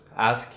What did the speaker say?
ask